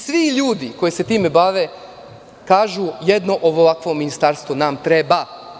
Svi ljudi koji se time bave kažu – jedno ovakvo ministarstvo nam treba.